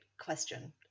question